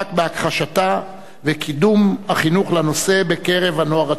המאבק בהכחשתה וקידום החינוך לנושא בקרב הנוער הצ'כי.